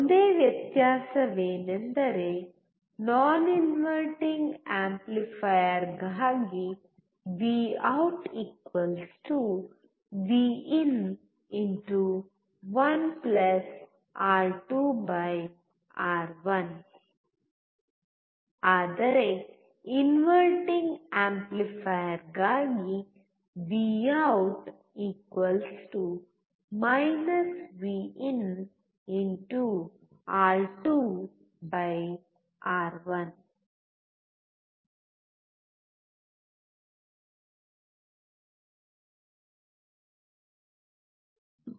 ಒಂದೇ ವ್ಯತ್ಯಾಸವೆಂದರೆ non inverting ಆಂಪ್ಲಿಫೈಯರ್ಗಾಗಿ V out V in 1 R two R one VoutVin1R2R1 ಆದರೆ ರ್ಇನ್ವರ್ಟಿಂಗ್ ಆಂಪ್ಲಿಫೈಯರ್ಗಾಗಿ V out V in R two R one Vout VinR2R1